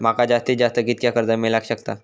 माका जास्तीत जास्त कितक्या कर्ज मेलाक शकता?